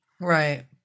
Right